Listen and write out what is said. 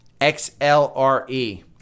XLRE